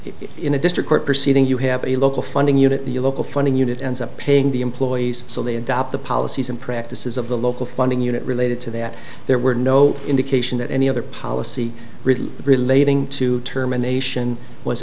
in a district court proceeding you have a local funding unit the local funding unit ends up paying the employees so they adopt the policies and practices of the local funding unit related to that there were no indication that any other policy really relating to terminations was